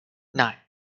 nine